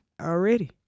already